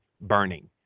burning